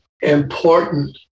important